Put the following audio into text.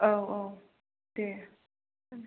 औ औ दे